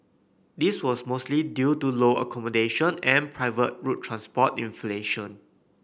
this was mostly due to lower accommodation and private road transport inflation